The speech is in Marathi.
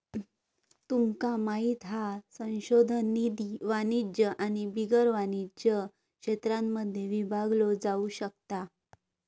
तुमका माहित हा संशोधन निधी वाणिज्य आणि बिगर वाणिज्य क्षेत्रांमध्ये विभागलो जाउ शकता